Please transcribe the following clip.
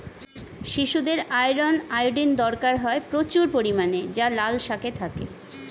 শিশুদের iron, iodine দরকার হয় প্রচুর পরিমাণে যা লাল শাকে থাকে